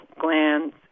glands